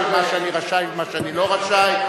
על מה שאני רשאי ומה שאני לא רשאי,